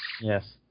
Yes